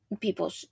People